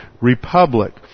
republic